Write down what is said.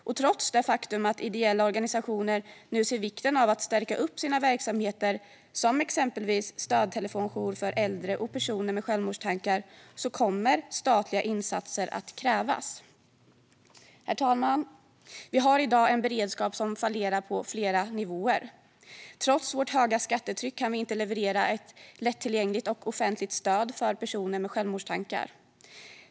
Och trots det faktum att ideella organisationer nu ser vikten av att stärka upp sina verksamheter - exempelvis stödtelefonjour för äldre och personer med självmordstankar - så kommer statliga insatser att krävas. Herr talman! Vi har i dag en beredskap som fallerar på flera nivåer. Trots vårt höga skattetryck kan vi inte leverera ett lättillgängligt och offentligt stöd för personer med självmordstankar.